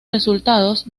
resultados